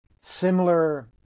similar